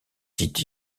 dit